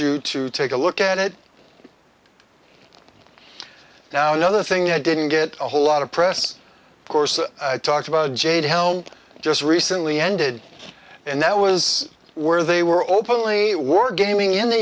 you to take a look at it now another thing i didn't get a whole lot of press course talked about jade held just recently ended and that was where they were openly wargaming in the